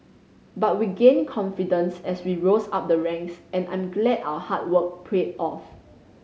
but we gained confidence as we rose up the ranks and I'm glad our hard work paid off